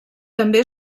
també